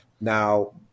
Now